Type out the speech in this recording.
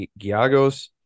giagos